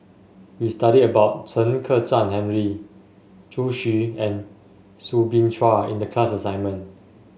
we study about Chen Kezhan Henri Zhu Xu and Soo Bin Chua in the class assignment